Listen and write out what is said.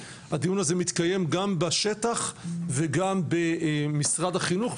הדיון הזה מתקיים גם בשטח וגם במשרד החינוך,